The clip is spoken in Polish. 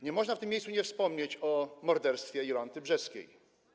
Nie można w tym miejscu nie wspomnieć o morderstwie Jolanty Brzeskiej.